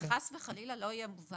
שחס וחלילה לא היה מובן